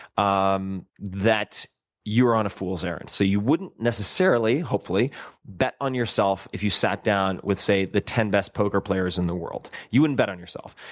um that you are on a fool's errand. so you wouldn't necessarily hopefully bet on yourself if you sat down with, say, the ten best poker players in the world. you wouldn't bet on yourself.